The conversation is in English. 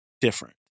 different